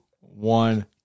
one